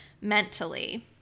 mentally